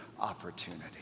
opportunity